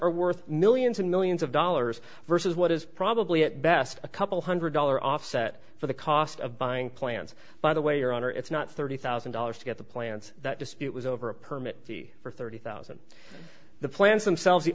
are worth millions and millions of dollars versus what is probably at best a couple hundred dollar offset for the cost of buying plants by the way your honor it's not thirty thousand dollars to get the plants that dispute was over a permit for thirty thousand the plants themselves the